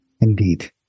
Indeed